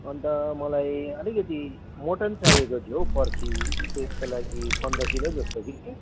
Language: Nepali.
अन्त मलाई अलिकति मटन चाहिएको थियो हौ पर्सि उयसको लागि पन्ध्र किलो जस्तो कि